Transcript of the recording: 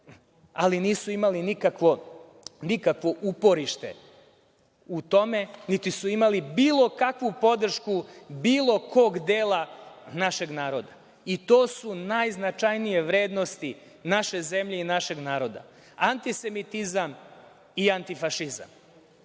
ali nisu imali nikakvo uporište u tome, niti su imali bilo kakvu podršku bilo kog dela našeg naroda i to su najznačajnije vrednosti naše zemlje i našeg naroda – antisemitizam i antifašizam. To